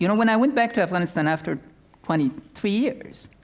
you know when i went back to afghanistan after twenty three years,